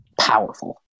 powerful